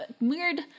Weird